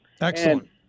Excellent